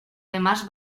demás